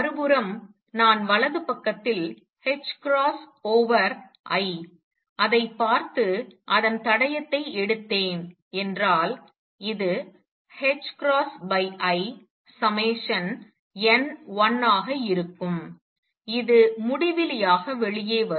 மறுபுறம் நான் வலது பக்கத்தில் h கிராஸ் ஓவர் i ஐ பார்த்து அதன் தடயத்தை எடுத்தேன் என்றால் இது in1 ஆக இருக்கும் இது முடிவிலியாக வெளியே வரும்